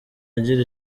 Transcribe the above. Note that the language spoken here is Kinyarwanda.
agira